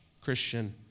Christian